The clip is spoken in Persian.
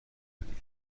بگیرید